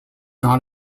not